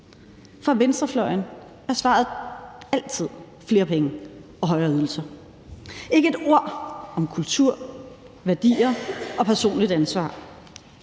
Fra venstrefløjen er svaret altid flere penge og højere ydelser – ikke et ord om kultur, værdier og personligt ansvar.